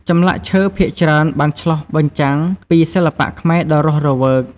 ចម្លាក់ឈើភាគច្រើនបានឆ្លុះបញ្ចាំងពីសិល្បៈខ្មែរដ៏រស់រវើក។